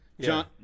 John